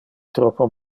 troppo